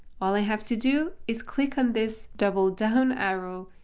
all i have to do is click on this double-down arrow,